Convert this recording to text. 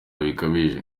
bikabije